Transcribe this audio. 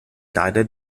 leider